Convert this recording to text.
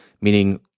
Meaning